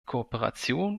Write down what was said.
kooperation